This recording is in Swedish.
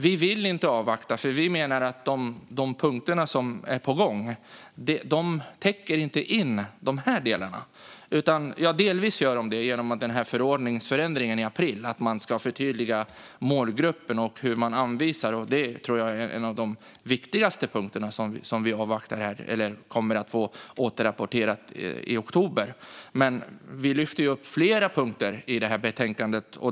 Vi vill inte avvakta eftersom vi menar att de punkter som är på gång inte täcker in dessa delar. Jo, delvis är det så genom ändringen i förordningen som skedde i april om att förtydliga målgruppen. Det är en av de viktigaste punkterna som ska återrapporteras i oktober. Men vi lyfter upp flera punkter i betänkandet.